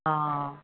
हा